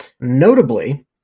Notably